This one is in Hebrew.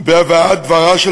בהבאת דברה של